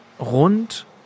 Rund